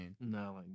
No